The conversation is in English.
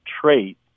trait